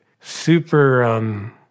super